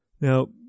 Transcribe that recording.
Now